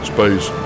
Space